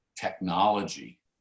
technology